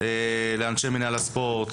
לאנשי מינהל הספורט,